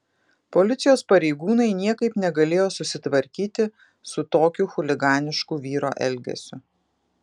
policijos pareigūnai niekaip negalėjo susitvarkyti su tokiu chuliganišku vyro elgesiu